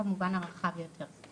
גם במובן הרחב יותר.